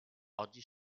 oggi